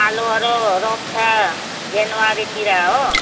आलुहरू रोप्छ जनवरीतिर हो